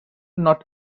not